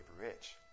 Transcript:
rich